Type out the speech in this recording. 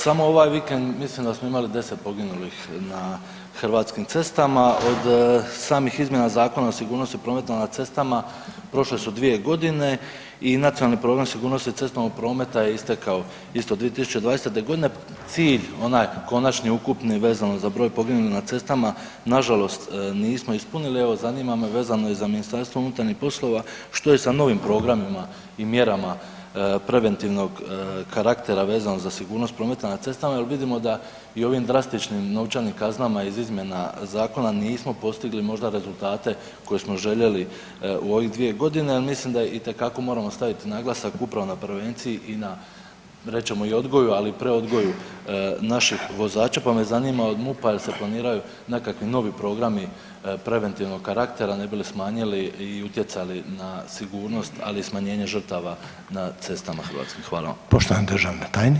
Samo ovaj vikend mislim da smo imali 10 poginulih na hrvatskim cestama, od samih izmjena Zakona o sigurnosti u prometu na cestama prošle su 2 g. i nacionalni program sigurnosti cestovnog prometa je istekao isto 2020. g., cilj onaj lonačni, ukupni vezano za broj poginulih na cestama, nažalost nismo ispunili, evo zanima me vezano i za MUP, što je sa novim programima i mjerama preventivnog karaktera vezano za sigurnost prometa na cestama jer vidim da i ovim drastičnim novčanim kaznama iz izmjena zakona nismo postigli možda rezultate koje smo željeli u ovih 2 g., ali mislim da itekako moramo staviti naglasak upravo na prevenciji i na rečemo i odgoju ali i preodgoju naših vozača, pa me zanima jel se planiraju nekakvi novi programi preventivnog karaktera ne bi li smanjili i utjecali na sigurnost ali i smanjenje žrtava na cestama Hrvatske?